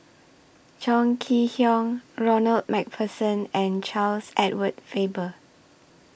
Chong Kee Hiong Ronald MacPherson and Charles Edward Faber